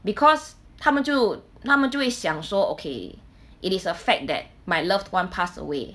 because 他们就他们就会想说 okay it is a fact that my loved one pass away